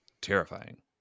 terrifying